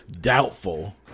Doubtful